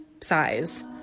size